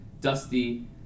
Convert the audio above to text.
dusty